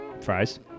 Fries